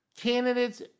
Candidates